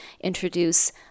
introduce